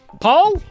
Paul